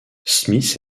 smith